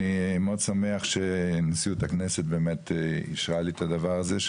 אני מאוד שמח שנשיאות הכנסת באמת אישרה לי את הדבר הזה,